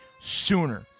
sooner